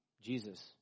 Jesus